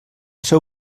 seu